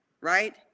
Right